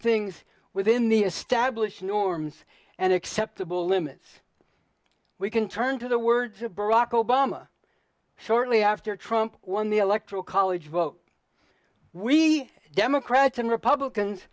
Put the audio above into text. things within the established norms and acceptable limits we can turn to the word to barack obama shortly after trump won the electoral college vote we democrats and republicans